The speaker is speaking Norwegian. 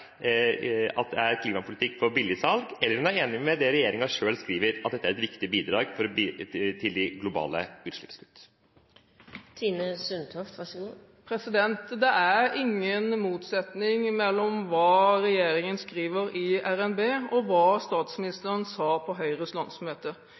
er klimapolitikk på billigsalg, eller om hun er enig i det som regjeringen selv skriver – at dette er et viktig bidrag til de globale utslippskutt. Det er ingen motsetning mellom hva regjeringen skriver i RNB og hva